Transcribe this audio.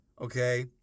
Okay